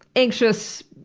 anxious